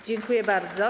Dziękuję bardzo.